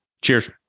Cheers